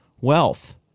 wealth